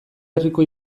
herriko